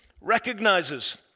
recognizes